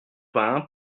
vin